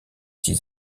six